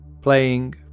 playing